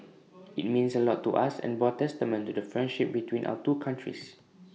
IT meant A lot to us and bore testament to the friendship between our two countries